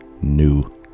new